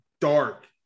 dark